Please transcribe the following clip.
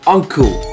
Uncle